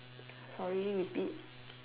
sorry repeat